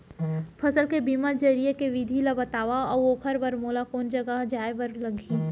फसल के बीमा जरिए के विधि ला बतावव अऊ ओखर बर मोला कोन जगह जाए बर लागही?